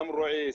גם רועי,